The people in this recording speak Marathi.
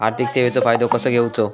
आर्थिक सेवाचो फायदो कसो घेवचो?